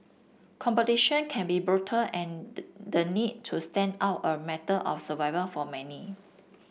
competition can be brutal and did the need to stand out a matter of survival for many